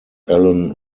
allan